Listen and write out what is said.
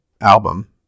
album